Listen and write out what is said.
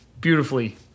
beautifully